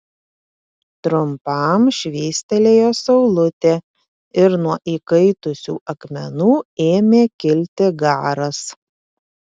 trumpam švystelėjo saulutė ir nuo įkaitusių akmenų ėmė kilti garas